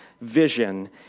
vision